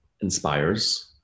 inspires